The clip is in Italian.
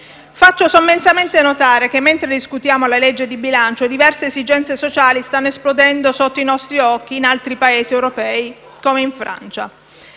Faccio sommessamente notare che mentre discutiamo la legge di bilancio, diverse esigenze sociali stanno esplodendo sotto i nostri occhi in altri Paesi europei, come in Francia.